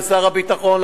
לשר הביטחון,